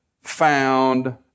found